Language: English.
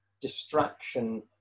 distraction